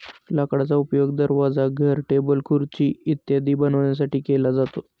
लाकडाचा उपयोग दरवाजा, घर, टेबल, खुर्ची इत्यादी बनवण्यासाठी केला जातो